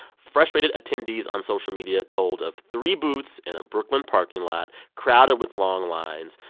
frustrated attendees on social media told of three booths in a brooklyn parking lot crowded with long lines.